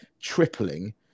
tripling